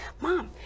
mom